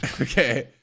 Okay